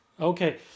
okay